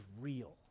real